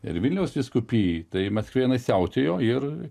ir vilniaus vyskupijai tai maskvėnai siautėjo ir